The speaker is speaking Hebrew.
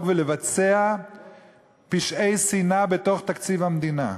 ולבצע פשעי שנאה בתוך תקציב המדינה,